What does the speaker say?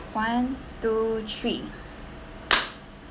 one two three